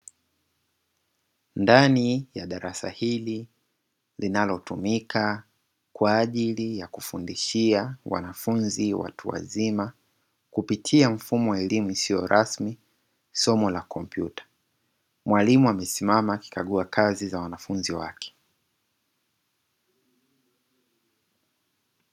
Ndani ya darasa hili linalotumika kwa ajili ya kufundishia wanafunzi watu wazima kupitia mfumo wa elimu usio rasmi somo la kompyuta. Mwalimu amesimama akikagua kazi za wanafunzi wake.